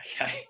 Okay